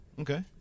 okay